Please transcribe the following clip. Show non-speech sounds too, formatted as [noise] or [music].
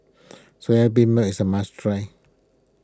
Soya [unintelligible] is a must try